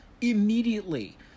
immediately